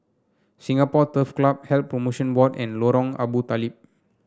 Singapore Turf Club Health Promotion Board and Lorong Abu Talib